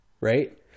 right